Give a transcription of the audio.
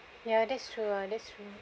ya that's true ah that's true